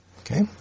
Okay